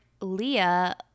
Leah